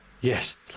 yes